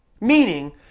Meaning